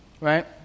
Right